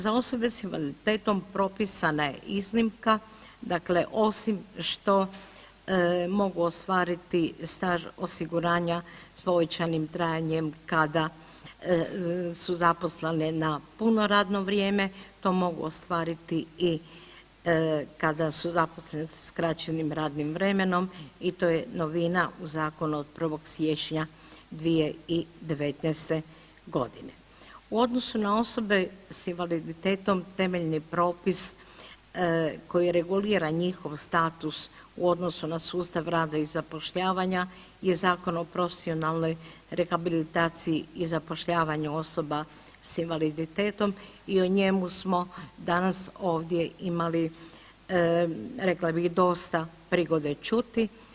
Za osobe s invaliditetom propisana je iznimka dakle osim što mogu ostvariti staž osiguranja s povećanim trajanjem kada su zaposlene na puno radno vrijeme, to mogu ostvariti i kada su zaposleni sa skraćenim radnim vremenom i to je novina u zakonu od 1. siječnja 2019.g. U odnosu na osobe s invaliditetom temeljni propis koji regulira njihov status u odnosu na sustav rada i zapošljavanja je Zakon o profesionalnoj rehabilitaciji i zapošljavanju osoba s invaliditetom i o njemu smo danas ovdje imali rekla bih dosta prigode čuti.